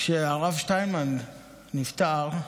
כשהרב שטיינמן נפטר,